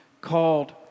called